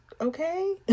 okay